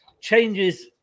changes